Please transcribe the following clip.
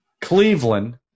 Cleveland